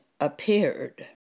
appeared